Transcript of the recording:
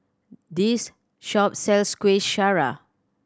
this shop sells Kuih Syara